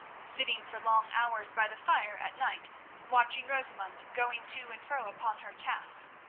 sitting for long hours by the fire at night watching rosamund going to and fro upon her tasks,